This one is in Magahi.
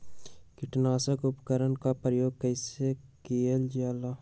किटनाशक उपकरन का प्रयोग कइसे कियल जाल?